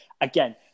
Again